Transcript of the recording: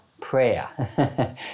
prayer